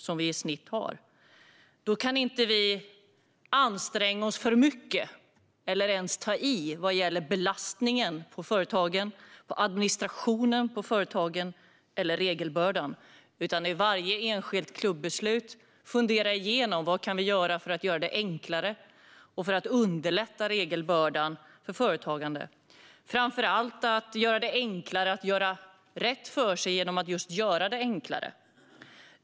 Då kan vi inte anstränga oss för mycket eller ens ta i vad gäller belastningen på företagen. När det gäller företagens administration och regelbördor måste vi i varje enskilt klubbbeslut fundera igenom vad vi kan göra för att förenkla och för att lätta regelbördan för företagare. Framför allt ska vi göra det enklare att göra rätt för sig.